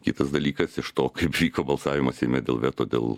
kitas dalykas iš to kaip vyko balsavimas seime dėl veto dėl